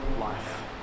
life